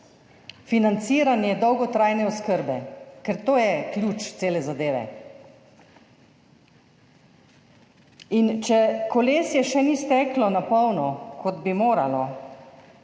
financiranje dolgotrajne oskrbe, ker to je ključ cele zadeve. In če kolesje še ni steklo na polno, kot bi moralo,